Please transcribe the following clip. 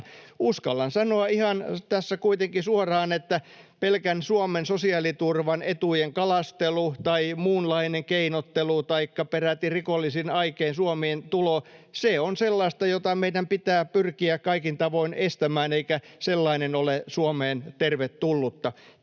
uskallan sanoa ihan tässä kuitenkin suoraan, että pelkän Suomen sosiaaliturvan etujen kalastelu tai muunlainen keinottelu taikka peräti rikollisin aikein Suomeen tulo on sellaista, jota meidän pitää pyrkiä kaikin tavoin estämään, eikä sellainen ole Suomeen tervetullutta.